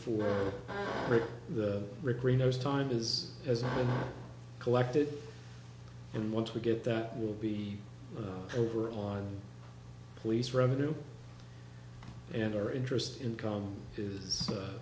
for the rick reno's time is as collected and once we get that will be over on police revenue and or interest income is